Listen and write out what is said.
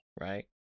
Right